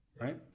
right